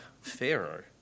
pharaoh